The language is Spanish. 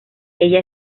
ella